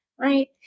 Right